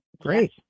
Great